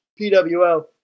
PWO